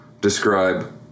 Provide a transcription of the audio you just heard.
describe